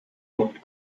gold